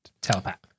Telepath